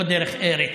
לא דרך ארץ.